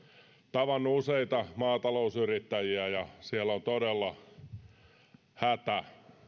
tavannut useita maatalousyrittäjiä ja siellä on todella hätä